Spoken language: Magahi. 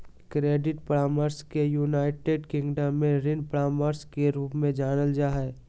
क्रेडिट परामर्श के यूनाइटेड किंगडम में ऋण परामर्श के रूप में जानल जा हइ